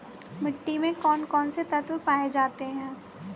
मिट्टी में कौन कौन से तत्व पाए जाते हैं?